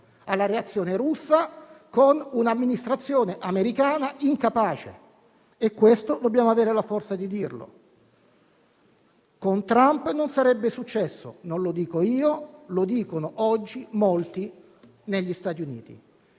alla reazione russa, con un'amministrazione americana incapace. Dobbiamo avere la forza di dirlo. Con Trump non sarebbe successo, e non lo dico io, ma lo dicono oggi molti negli Stati Uniti.